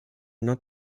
not